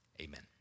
amen